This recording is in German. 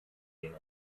den